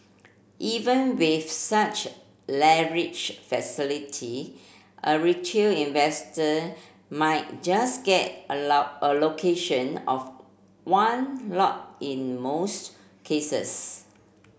even with such leverage facility a retail investor might just get allow allocation of one lot in most cases